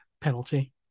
penalty